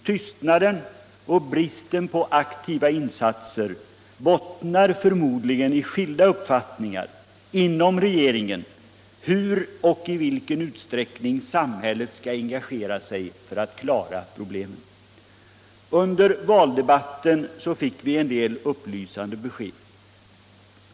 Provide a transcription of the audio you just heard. Tystnaden och bristen på aktiva insatser bottnar förmodligen i skilda uppfattningar inom regeringen om hur och i vilken utsträckning samhället skall engagera sig för att klara problemen. Under valdebatten fick vi en del upplysande besked.